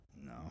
no